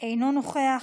אינו נוכח,